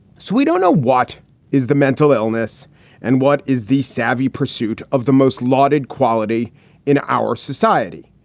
so we don't know what is the mental illness and what is the savvy pursuit of the most lauded quality in our society,